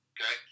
Okay